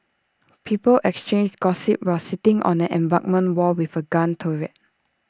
people exchanged gossip while sitting on an embankment wall with A gun turret